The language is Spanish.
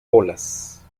bolas